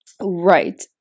Right